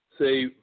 say